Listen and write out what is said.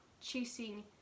chasing